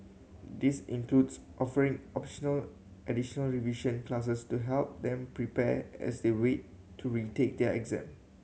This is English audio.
this includes offering optional additional revision classes to help them prepare as they wait to retake their exam